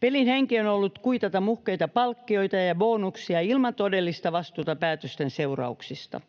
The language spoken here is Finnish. Pelin henki on ollut kuitata muhkeita palkkioita ja bonuksia ilman todellista vastuuta päätösten seurauksista.